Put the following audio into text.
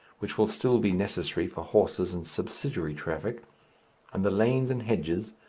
which will still be necessary for horses and subsidiary traffic and the lanes and hedges,